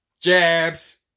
jabs